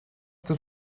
das